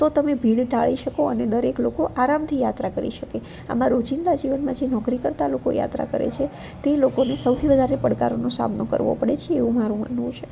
તો તમે ભીડ ટાળી શકો અને દરેક લોકો આરામથી યાત્રા કરી શકે આમાં રોજિંદા જીવનમાં જે નોકરી કરતા લોકો યાત્રા કરે છે તે લોકોને સૌથી વધારે પડકારોનો સામનો કરવો પડે છે એવું મારું માનવું છે